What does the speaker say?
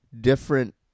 different